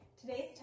Today's